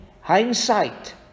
hindsight